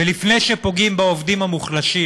ולפני שפוגעים בעובדים המוחלשים,